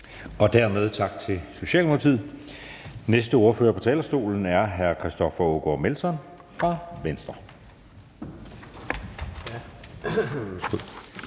Dermed tak til Socialdemokratiet. Den næste ordfører på talerstolen er hr. Christoffer Aagaard Melson fra Venstre.